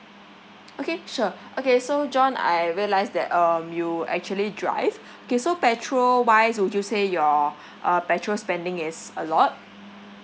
okay sure okay so john I realised that um you actually drive okay so petrol wise would you say your uh petrol spending is a lot